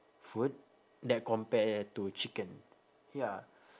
food that compare to chicken ya